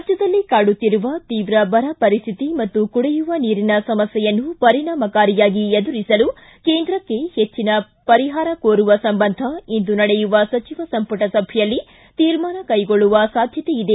ರಾಜ್ಯದಲ್ಲಿ ಕಾಡುತ್ತಿರುವ ತೀವ್ರ ಬರ ಪರಿಸ್ಠಿತಿ ಮತ್ತು ಕುಡಿಯುವ ನೀರಿನ ಸಮಸ್ಠೆಯನ್ನು ಪರಿಣಾಮಕಾರಿಯಾಗಿ ಎದುರಿಸಲು ಕೇಂದ್ರಕ್ಷೆ ಹೆಚ್ಚಿನ ಪರಿಹಾರ ಕೋರುವ ಸಂಬಂಧ ಇಂದು ನಡೆಯುವ ಸಚಿವ ಸಂಪುಟ ಸಭೆಯಲ್ಲಿ ತೀರ್ಮಾನ ಕೈಗೊಳ್ಳುವ ಸಾಧ್ಯತೆ ಇದೆ